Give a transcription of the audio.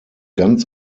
ganz